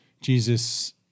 Jesus